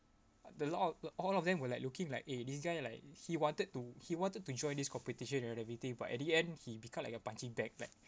the lot a~ all of them were like looking like eh this guy like he wanted to he wanted to join this competition and everything but at the end he become like a punching bag like